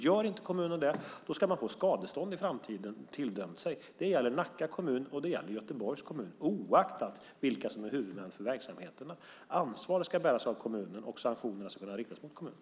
Gör inte kommunen det så ska man i framtiden få skadestånd tilldömt sig. Det gäller Nacka kommun, och det gäller Göteborgs kommun, oaktat vilka som är huvudmän för verksamheterna. Ansvaret ska bäras av kommunen, och sanktioner ska kunna riktas mot kommunen.